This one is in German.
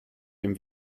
dem